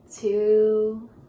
two